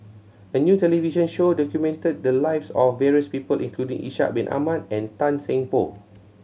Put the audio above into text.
a new television show documented the lives of various people including Ishak Bin Ahmad and Tan Seng Poh